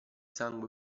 sangue